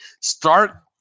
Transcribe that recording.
start